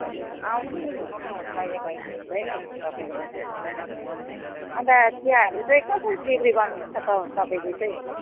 हजुर आउँछु नि म कहिले काहीँ घुम्दै तपाईँको दोकानमा पनि अन्त चियाहरू चाहिँ कसरी बिक्री गर्नुहुन्छ त तपाईँले चाहिँ